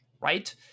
Right